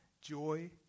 joy